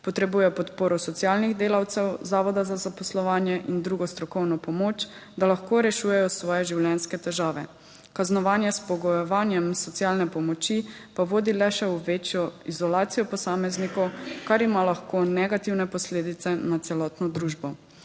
Potrebujejo podporo socialnih delavcev, zavoda za zaposlovanje in drugo strokovno pomoč, da lahko rešujejo svoje življenjske težave. Kaznovanje s pogojevanjem socialne pomoči pa vodi le še v večjo izolacijo posameznikov, kar ima lahko negativne posledice na celotno družbo.